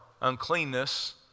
uncleanness